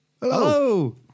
Hello